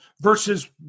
versus